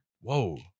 Whoa